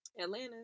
Atlanta